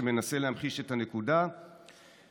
שמנסה להמחיש את הנקודה נאורו.